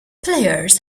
players